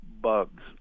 bugs